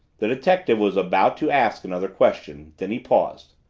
the detective was about to ask another question then he paused.